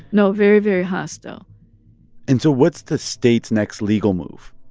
no, very, very hostile and so what's the state's next legal move?